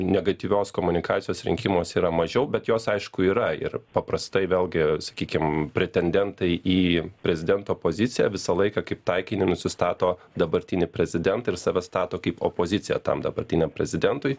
negatyvios komunikacijos rinkimuose yra mažiau bet jos aišku yra ir paprastai vėlgi sakykim pretendentai į prezidento poziciją visą laiką kaip taikinį nusistato dabartinį prezidentą ir save stato kaip opoziciją tam dabartiniam prezidentui